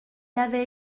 avait